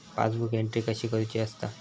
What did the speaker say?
Passbook entry कशी करुची असता?